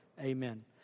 Amen